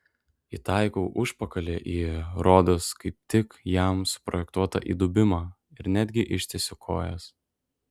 įtaikau užpakalį į rodos kaip tik jam suprojektuotą įdubimą ir netgi ištiesiu kojas